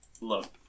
look